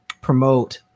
promote